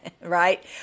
Right